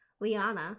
Liana